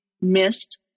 missed